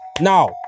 Now